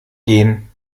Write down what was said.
gehen